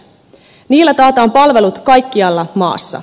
niillä taataan palvelut kaikkialla maassa